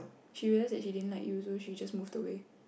she realise that she didn't like you so she just move away